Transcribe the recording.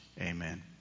Amen